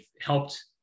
helped